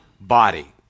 body